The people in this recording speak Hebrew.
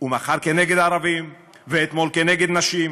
ומחר כנגד ערבים, ואתמול כנגד נשים?